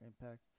impact